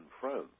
friends